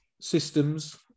systems